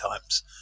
times